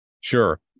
Sure